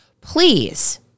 please